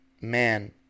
man